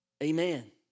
Amen